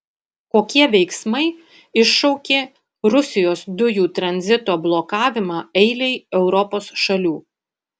kokie veiksmai iššaukė rusijos dujų tranzito blokavimą eilei europos šalių